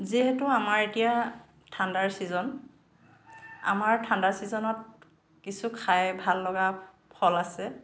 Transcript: যিহেতু আমাৰ এতিয়া ঠাণ্ডাৰ ছিজন আমাৰ ঠাণ্ডাৰ ছিজনত কিছু খাই ভাল লগা ফল আছে